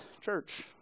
church